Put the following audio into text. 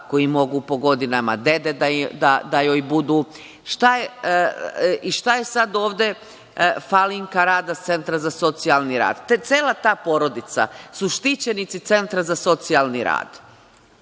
koji mogu po godinama dede da joj budu. Šta je sad ovde falinka rada Centra za socijalni rad? Cela ta porodica su štićenici Centra za socijalni rad.